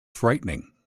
frightening